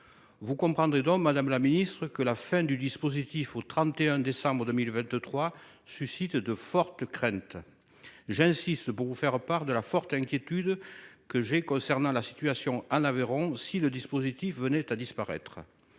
Vous comprendrez donc, madame la secrétaire d'État, que la fin du dispositif au 31 décembre 2023 suscite de fortes craintes. J'insiste pour vous faire part de ma grande inquiétude concernant la situation en Aveyron si le dispositif venait à disparaître.